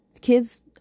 Kids